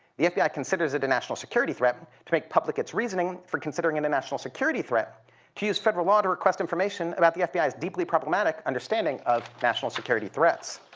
the fbi considers it a national security threat and to make public its reasoning for considering it and a national security threat to use federal law to request information about the fbi's deeply problematic understanding of national security threats.